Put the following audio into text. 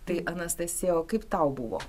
tai anastasija o kaip tau buvo